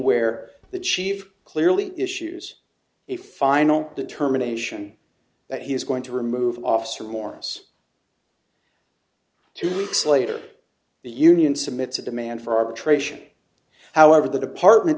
where the chief clearly issues a final determination that he is going to remove officer morris to slater the union submit to demand for arbitration however the department